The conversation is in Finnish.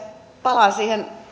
palaan siihen